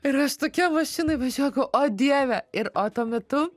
ir aš tokia mašinoj važiuoju galvoju o dieve ir o tuo metu